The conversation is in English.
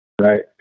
right